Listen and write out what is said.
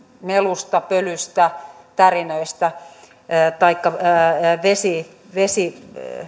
melu pöly tärinät taikka vesien